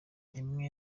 imwe